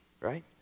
right